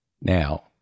Now